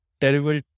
terrible